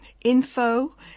info